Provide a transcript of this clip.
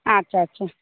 আচ্ছা আচ্ছা